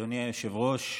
אדוני היושב-ראש,